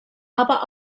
aber